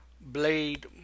blade